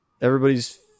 everybody's